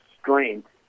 strength